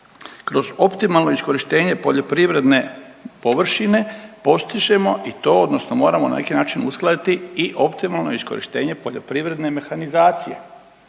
kroz optimalno iskorištenje poljoprivredne površine postižemo i to, odnosno moramo na neki način uskladiti i optimalno iskorištenje poljoprivredne mehanizacije.